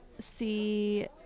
see